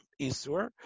Isur